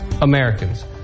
Americans